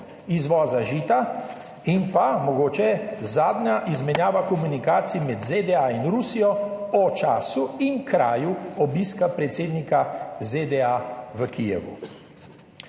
izvoza žita in pa mogoče zadnja izmenjava komunikacij med ZDA in Rusijo o času in kraju obiska predsednika ZDA v Kijevu.